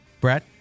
Brett